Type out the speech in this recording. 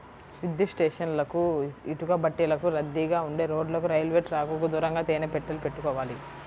విద్యుత్ స్టేషన్లకు, ఇటుకబట్టీలకు, రద్దీగా ఉండే రోడ్లకు, రైల్వే ట్రాకుకు దూరంగా తేనె పెట్టెలు పెట్టుకోవాలి